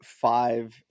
five